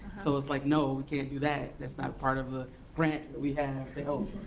so it's like, no, we can't do that. that's not part of the grant that we have to help